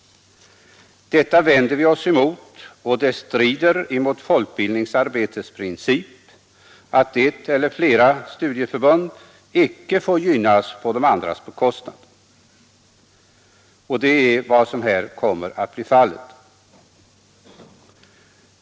Detta vänder vi oss emot, och det strider mot folkbildningsarbetets princip att ett eller flera studieförbund gynnas på de andras bekostnad. Det är vad som här kommer att bli fallet.